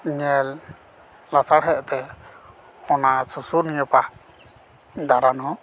ᱧᱮᱞ ᱞᱟᱥᱟᱬᱦᱮᱫ ᱛᱮ ᱚᱱᱟ ᱥᱩᱥᱩᱱᱤᱭᱟᱹ ᱯᱟᱦᱟᱲ ᱫᱟᱬᱟᱱ ᱦᱚᱸ